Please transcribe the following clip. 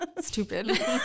Stupid